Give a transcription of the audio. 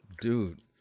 Dude